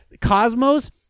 Cosmos